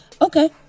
okay